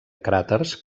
cràters